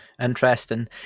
interesting